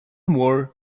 wore